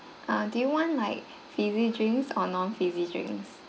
uh do you want like fizzy drinks or non fizzy drinks